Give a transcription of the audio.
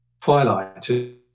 twilight